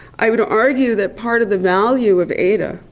i would argue that part of the value of ada,